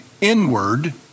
inward